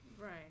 Right